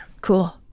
Cool